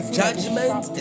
judgment